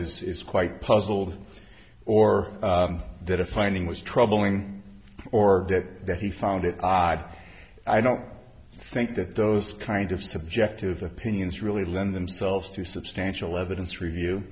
is quite puzzled or that a finding was troubling or that he found it odd i don't think that those kind of subjective opinions really lend themselves to substantial evidence review